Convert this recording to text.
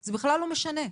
זה בכלל לא משנה.